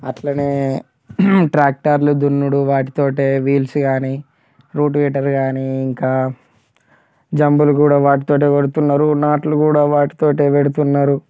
అట్లనే ట్రాక్టర్లు దున్నుడు వాటితో వీల్స్ కానీ రూట్స్ మీటర్ కానీ ఇంకా జంబులు కూడా వాటితో కొడుతున్నారు నాట్లు కూడా వాటితో పెడుతున్నారు